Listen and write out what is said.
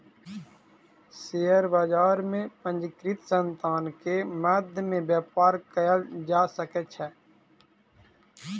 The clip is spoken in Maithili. शेयर बजार में पंजीकृत संतान के मध्य में व्यापार कयल जा सकै छै